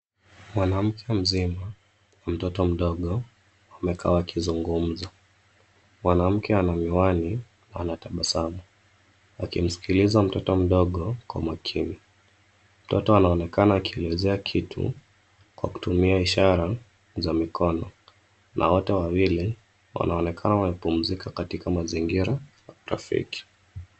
Mwanamke mzima, na mtoto mdogo wamekaa wakizungumza. Mwanamke ana miwani na anatabasamu, akimsikiliza mtoto mdogo kwa makini. Mtoto anaonekana akielezea kitu, kwa kutumia ishara za mikono na wote wawili wanaonekana wamepumzika katika mazingira rafiki.